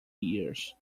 years